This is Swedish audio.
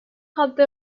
hade